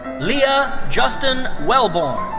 leah justin wellborn.